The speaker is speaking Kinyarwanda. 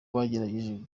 bagerageje